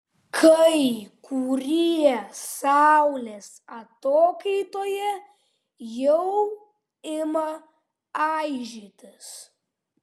kai kurie saulės atokaitoje jau ima aižytis